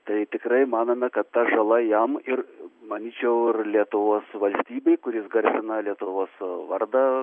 tai tikrai manome kad ta žala jam ir manyčiau ir lietuvos valstybei kur jis garsina lietuvos vardą